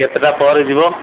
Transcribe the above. କେତେଟା ପରେ ଯିବ